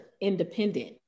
independent